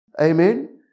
Amen